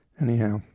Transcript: Anyhow